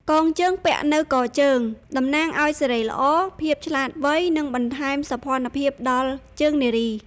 កងជើងពាក់នៅកជើង តំណាងឱ្យសិរីល្អ ភាពឆ្លាតវៃ និងបន្ថែមសោភ័ណភាពដល់ជើងនារី។